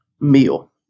meal